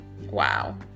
wow